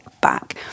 back